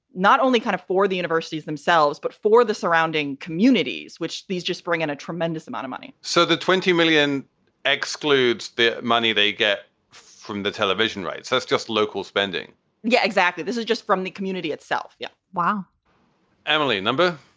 not only kind of for the universities themselves, but for the surrounding communities, which these just bring in a tremendous amount of money so the twenty million excludes the money they get from the television. right. that's so just local spending yeah, exactly. this is just from the community itself. yeah. wow emily no.